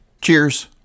Cheers